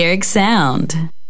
sound